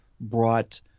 brought